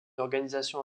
organisation